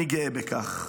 אני גאה בכך,